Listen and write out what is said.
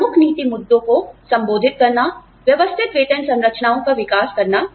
प्रमुख नीति मुद्दों को संबोधित करना व्यवस्थित वेतन संरचनाओं का विकास करना